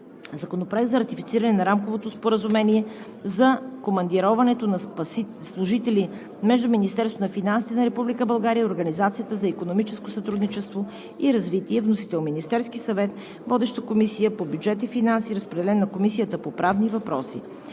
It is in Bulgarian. Законопроект за ратифициране на Рамковото споразумение за командироването на служители между Министерството на финансите на Република България и Организацията за икономическо сътрудничество и развитие. Вносител е Министерският съвет. Водеща е Комисията по бюджет и финанси. Разпределен е на Комисията по правни въпроси;